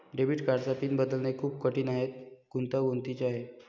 debit कार्डचा pin बदलणे खूप कठीण आणि गुंतागुंतीचे आहे